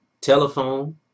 telephone